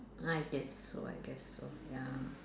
I guess so I guess so ya